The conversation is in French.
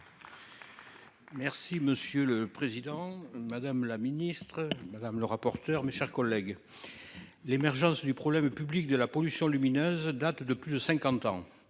Merci monsieur le président, madame la ministre madame le rapporteur, mes chers collègues. L'émergence du problème public de la pollution lumineuse date de plus de 50 ans.